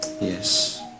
Yes